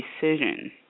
decision